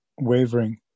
wavering